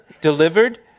delivered